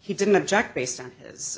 he didn't object based on his